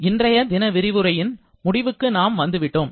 இன்றைய தின விரிவுரையின் முடிவுக்கு நாம் வந்துவிட்டோம்